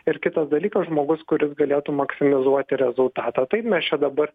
ir kitas dalykas žmogus kuris galėtų maksimizuoti rezultatą taip mes čia dabar